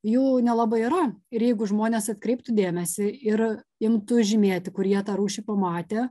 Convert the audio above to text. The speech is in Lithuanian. jų nelabai yra ir jeigu žmonės atkreiptų dėmesį ir imtų žymėti kur jie tą rūšį pamatė